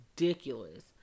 ridiculous